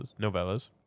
novellas